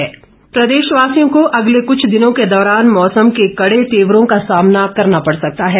मौसम प्रदेश वासियों को अगले कुछ दिनों के दौरान मौसम के कड़े तेवरों का सामना करना पड़ सकता है